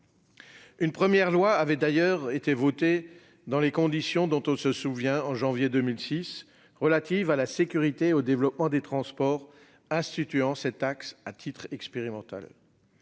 Une première loi avait d'ailleurs été votée dans les conditions que l'on sait : la loi du 5 janvier 2006 relative à la sécurité et au développement des transports, instituant cette taxe à titre expérimental.